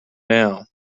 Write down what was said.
now